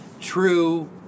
true